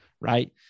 right